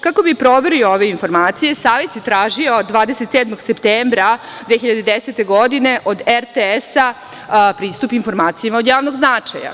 Kako bi proverio ove informacije, Savet je tražio 27. septembra 2010. godine od RTS pristup informacijama od javnog značaja.